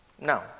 No